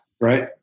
right